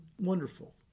wonderful